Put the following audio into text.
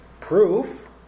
proof